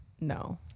no